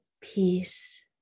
peace